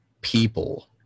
people